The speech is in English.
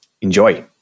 Enjoy